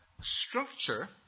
structure